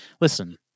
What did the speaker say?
Listen